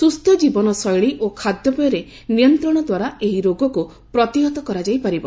ସୁସ୍ସ ଜୀବନ ଶୈଳୀ ଓ ଖାଦ୍ୟପେୟରେ ନିୟନ୍ତ୍ରଣ ଦ୍ୱାରା ଏହି ରୋଗକୁ ପ୍ରତିହତ କରାଯାଇପାରିବ